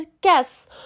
Guess